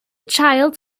child